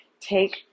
take